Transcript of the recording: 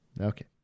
Okay